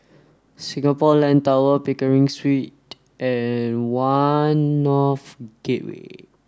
Singapore Land Tower Pickering Street and One North Gateway